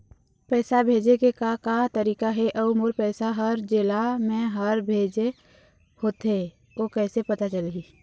पैसा भेजे के का का तरीका हे अऊ मोर पैसा हर जेला मैं हर भेजे होथे ओ कैसे पता चलही?